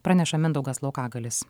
praneša mindaugas laukagalis